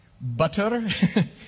butter